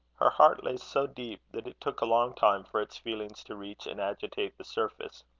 her heart lay so deep, that it took a long time for its feelings to reach and agitate the surface.